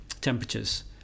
temperatures